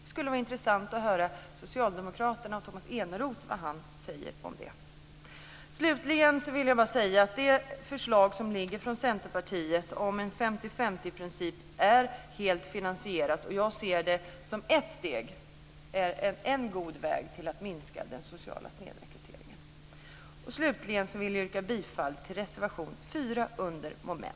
Det skulle vara intressant att höra vad Socialdemokraterna och Tomas Eneroth säger om detta. Slutligen vill jag bara säga att det förslag som föreligger från Centerpartiet om en 50-50-princip är helt finansierat. Jag ser det som ett gott steg på vägen för att minska den sociala snedrekryteringen.